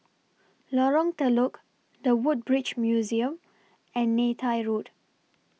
Lorong Telok The Woodbridge Museum and Neythai Road